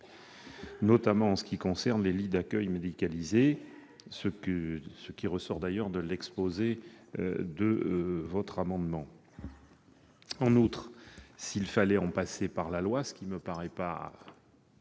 notamment les lits d'accueil médicalisés, ce qui ressort d'ailleurs de l'objet de votre amendement. En outre, s'il fallait en passer par la loi, ce qui ne me paraît pas